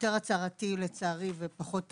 יותר הצהרתי לצערי ופחות תקציבי,